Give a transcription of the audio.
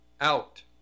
out